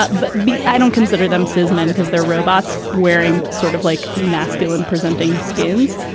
but but b i don't consider them says men because they're robots wearing sort of like masculine presenting skins.